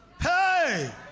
Hey